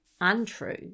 untrue